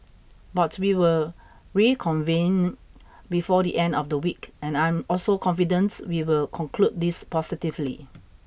but we will reconvene before the end of the week and I am also confident we will conclude this positively